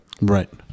right